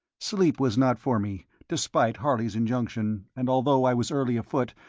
sleep was not for me, despite harley's injunction, and although i was early afoot,